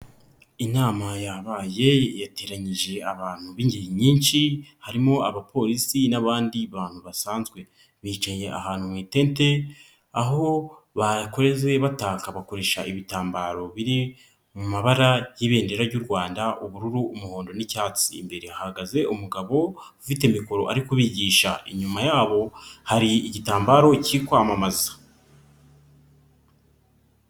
Inama yabaye yateranyije abantu b'ingeri nyinshi harimo abaporisi n'abandi bantu basanzwe, bicaye ahantu mu itente aho bakweze bataka bakoresha ibitambaro biri mu mabara y'ibendera ry'u Rwanda ubururu, umuhondo n'icyatsi, imbere hahagaze umugabo ufite mikoro ari kubigisha, inyuma yabo hari igitambaro kiri kwamamaza.